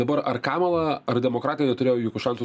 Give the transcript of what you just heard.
dabar ar kamala ar demokratija neturėjo jokių šansų